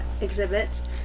exhibits